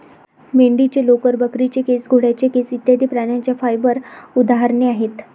मेंढीचे लोकर, बकरीचे केस, घोड्याचे केस इत्यादि प्राण्यांच्या फाइबर उदाहरणे आहेत